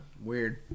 weird